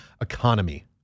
economy